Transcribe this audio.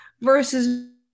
versus